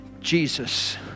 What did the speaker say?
Jesus